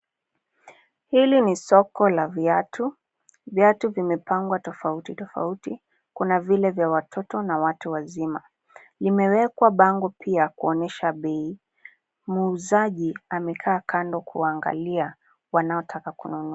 Hili ni soko la viatu, viatu vimepangwa tofauti tofauti. Kuna vile vya watoto na vya watu wazima. Limewekwa bango pia kuonyesha bei. Muuzaji amekaa kando kuwaangalia wanaotaka kununua.